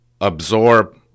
absorb